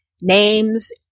names